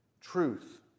truth